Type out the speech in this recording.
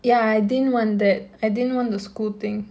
ya I didn't want that I didn't want the school thing